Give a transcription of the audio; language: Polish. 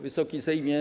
Wysoki Sejmie!